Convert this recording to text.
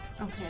Okay